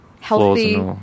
healthy